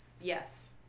yes